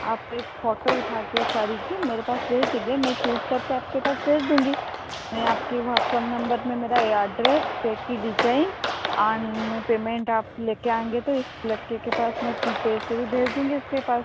आप एक फौटो उठा के सारी को मेरे पास भेज दीजिए मैं चुज कर के आपके पास भेज दूँगी मैं आपके व्हाट्सब नंबर में मेरा एड्रैस केक की डिजैन मैं पेमेंट आप ले कर आएंगे तो इस लड़के के पास मैं पैसे भी भेज दूँगी उसके पास